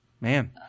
Man